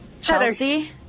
Chelsea